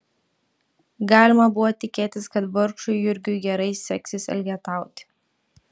galima buvo tikėtis kad vargšui jurgiui gerai seksis elgetauti